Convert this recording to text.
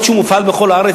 אף שהוא מופעל בכל הארץ,